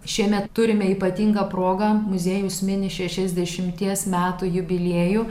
šiemet turime ypatingą progą muziejus mini šešiasdešimties metų jubiliejų